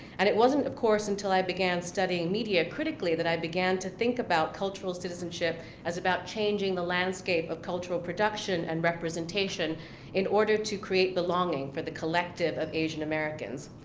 and it wasn't, of course, until i began studying media critically that i began to think about cultural citizenship as about changing the landscape of cultural production and representation in order to create belonging for the collective of asian americans.